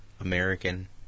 American